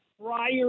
prior